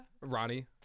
Ronnie